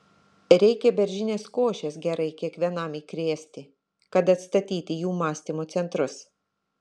reikia beržinės košės gerai kiekvienam įkrėsti kad atstatyti jų mąstymo centrus